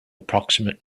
approximate